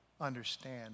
understand